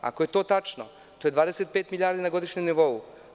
Ako je to tačno, to je 25 milijardi na godišnjem nivou.